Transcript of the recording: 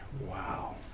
Wow